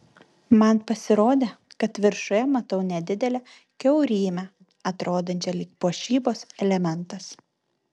man pasirodė kad viršuje matau nedidelę kiaurymę atrodančią lyg puošybos elementas